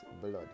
blood